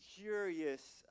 curious